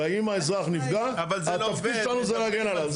ואם האזרח נפגע התפקיד שלנו זה להגן עליו.